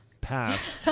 passed